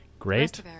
great